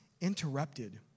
interrupted